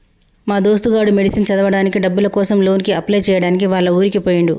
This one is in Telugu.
మా దోస్తు గాడు మెడిసిన్ చదవడానికి డబ్బుల కోసం లోన్ కి అప్లై చేయడానికి వాళ్ల ఊరికి పోయిండు